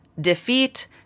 defeat